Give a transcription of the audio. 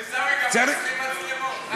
עיסאווי, גם חוסכים מצלמות, רק אחת.